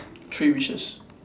three wishes